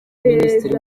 minisitiri